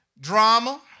Drama